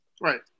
right